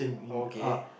okay